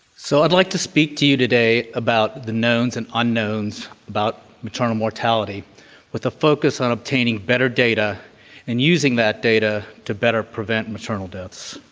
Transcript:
so i'd like to speak to you today about the knowns and unknowns about maternal mortality with a focus on obtaining better data and using that data to better prevent maternal deaths.